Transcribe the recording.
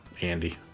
Andy